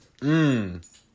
Mmm